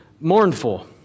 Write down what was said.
mournful